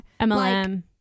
MLM